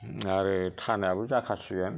आरो थानायाबो जाखासिगोन